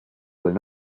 will